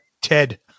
ted